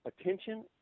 attention